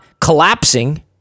collapsing